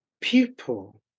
People